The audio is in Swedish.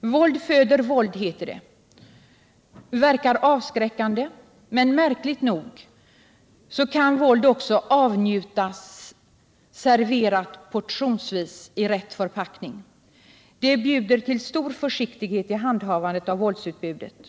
Våld föder våld, heter det, det verkar avskräckande men kan märkligt nog också avnjutas serverat portionsvis i rätt förpackning. Detta bjuder till stor försiktighet i handhavandet av våldsutbudet.